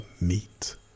meet